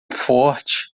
forte